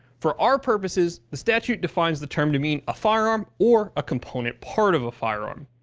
for our purposes the statute defines the term to mean a firearm. or a component part of a firearm.